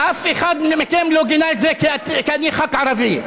אף אחד מכם לא גינה את זה כי אני ח"כ ערבי.